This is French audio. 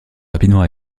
rapidement